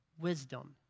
Wisdom